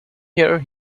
here